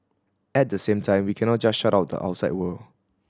at the same time we cannot just shut out the outside world